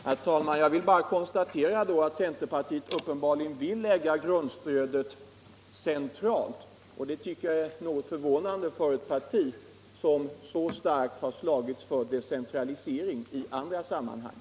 Herr talman! Jag vill då konstatera att centerpartiet uppenbarligen vill lägga grundstödet centralt. Det tycker jag är något förvånande för ett parti som så starkt har slagits för decentralisering i andra sammanhang.